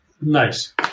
Nice